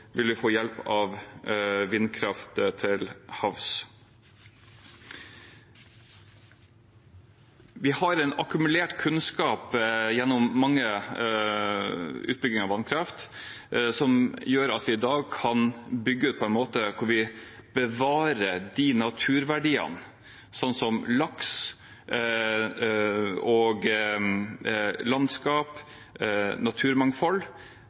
vil vi få hjelp av vindkraft til havs. Vi har en akkumulert kunnskap gjennom mange utbygginger av vannkraft som gjør at vi i dag kan bygge ut på en måte hvor vi bevarer naturverdier som laks, landskap og naturmangfold.